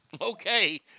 Okay